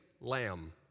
Lamb